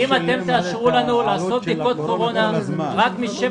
אם אתם תאשרו לנו לעשות בדיקות קורונה רק בין